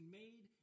made